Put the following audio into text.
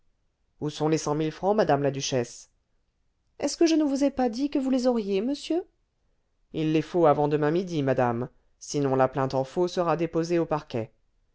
où sont les cent mille francs madame la duchesse est-ce que je ne vous ai pas dit que vous les auriez monsieur il les faut demain avant midi madame sinon la plainte en faux sera déposée au parquet